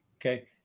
Okay